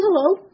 hello